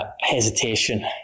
hesitation